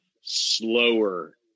slower